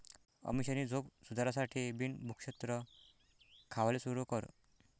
अमीषानी झोप सुधारासाठे बिन भुक्षत्र खावाले सुरू कर